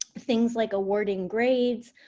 things like awarding grades,